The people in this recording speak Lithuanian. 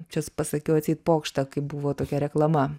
čia pasakiau atseit pokštą kai buvo tokia reklama